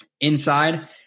inside